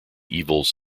evils